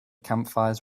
campfires